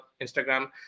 Instagram